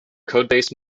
codebase